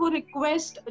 request